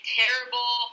terrible